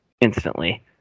Instantly